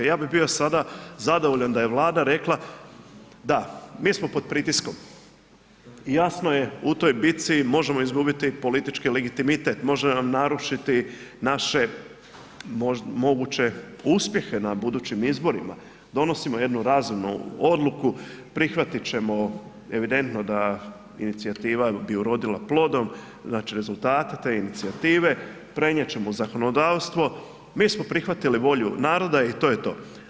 Ja bi bio sada zadovoljan da je Vlada rekla, da mi smo pod pritiskom i jasno je u toj bici možemo izgubiti politički legitimitet, može nam narušiti naše moguće uspjehe na budućim izborima, donosimo jednu razumu odluku, prihvatit ćemo evidentno da inicijativa bi urodila plodom, znači rezultate te inicijative prenijet ćemo u zakonodavstvo, mi smo prihvatili volju naroda i to je to.